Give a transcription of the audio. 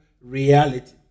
reality